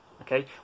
okay